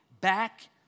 back